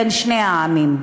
בין שני העמים.